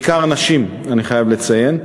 בעיקר נשים, אני חייב לציין.